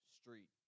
Street